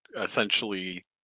essentially